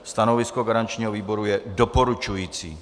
Stanovisko garančního výboru je doporučující.